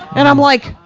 and i'm like,